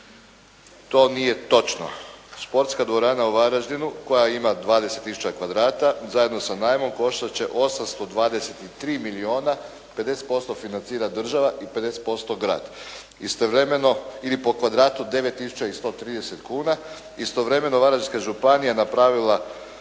to nije točno. Sportska dvorana u Varaždinu koja ima 20 tisuća kvadrata, zajedno sa najmom, koštat će 823 milijuna. 50% financira država, a 50% grad. Istovremeno ili po kvadratu 9 tisuća 130 kuna. Istovremeno Varaždinska županija napravila